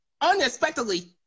unexpectedly